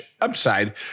upside